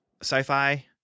sci-fi